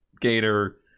gator